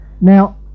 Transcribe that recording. Now